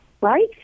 Right